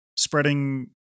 spreading